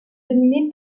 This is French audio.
dominé